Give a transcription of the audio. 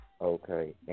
Okay